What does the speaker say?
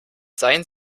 seien